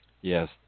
Yes